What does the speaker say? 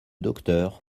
docteur